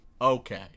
okay